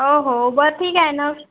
हो हो बरं ठीक आहे न